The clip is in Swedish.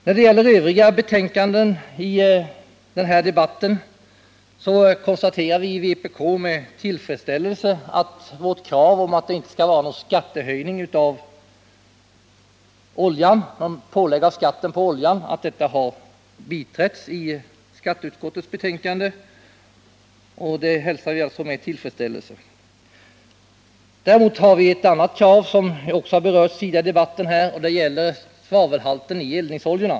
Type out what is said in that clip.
När det gäller övriga betänkanden i den här debatten konstaterar vi i vpk med tillfredsställelse att vårt krav, att det inte skall göras någon höjning av skatten på oljan, har biträtts i skatteutskottets betänkande. Däremot har vi ett annat krav, som också har berörts tidigare i debatten, men som inte har vunnit bifall, nämligen vårt krav gällande svavelhalten i eldningsoljorna.